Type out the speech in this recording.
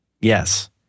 yes